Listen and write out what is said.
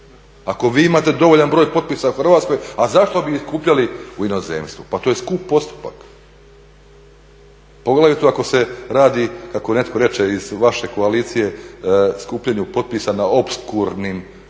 Ako vi imate dovoljan broj potpisa u Hrvatskoj a zašto bi skupljali u inozemstvu, pa to je skup postupak poglavito ako se radi kako netko reče iz vaše koalicije skupljanju potpisa na opskurnim mjestima